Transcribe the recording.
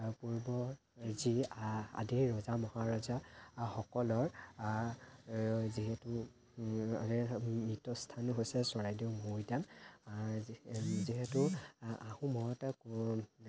পূৰ্ব যি আদি ৰজা মহাৰজাসকলৰ যিহেতু মৃতস্থান হৈছে চৰাইদেউ মৈদাম যিহেতু আহোমৰ